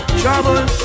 trouble